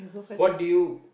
what do you